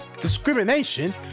discrimination